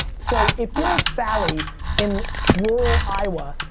so, if you're sally in rural iowa.